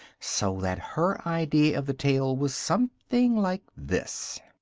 so that her idea of the tale was something like this